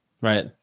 right